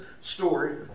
story